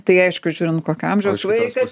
tai aišku žiūrint kokio amžiaus vaikas